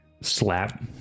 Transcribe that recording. slap